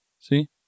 See